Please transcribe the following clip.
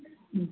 മ്മ്